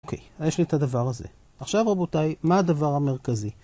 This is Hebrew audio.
אוקיי, אז יש לי את הדבר הזה. עכשיו רבותיי, מה הדבר המרכזי?